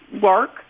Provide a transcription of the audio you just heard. work